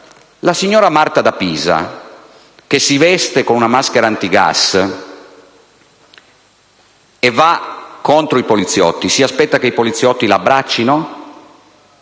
la signora Marta da Pisa, che indossa una maschera antigas e va contro i poliziotti, si aspetta che i poliziotti la abbraccino?